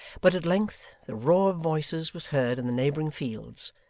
but at length the roar of voices was heard in the neighbouring fields,